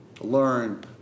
learn